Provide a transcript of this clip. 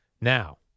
Now